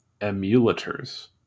emulators